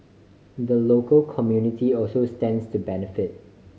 the local community also stands to benefit